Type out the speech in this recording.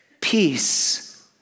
peace